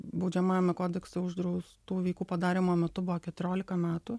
baudžiamajame kodekse uždraustų veikų padarymo metu buvo keturiolika metų